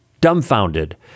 dumbfounded